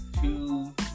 two